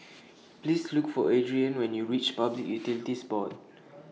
Please Look For Adriane when YOU REACH Public Utilities Board